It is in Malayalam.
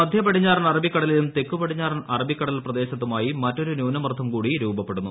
മധ്യ പടിഞ്ഞാറൻ അറബിക്കടലിലും തെക്ക് പടിഞ്ഞാറൻ അറബിക്കടൽ പ്രദേശത്തുമായി മറ്റൊരു ന്യൂനമർദം കൂടി രൂപപ്പെടുന്നു